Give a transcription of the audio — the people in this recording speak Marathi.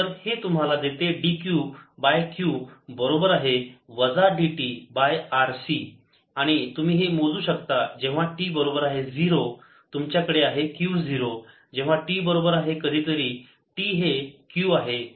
तर हे तुम्हाला देते dQ बाय Q बरोबर आहे वजा dt बाय RC आणि तुम्ही हे मोजू शकता जेव्हा t बरोबर आहे 0 तुमच्याकडे आहे Q 0 जेव्हा t बरोबर आहे कधीतरी t हे Q आहे